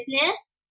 business